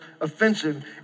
offensive